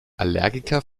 allergiker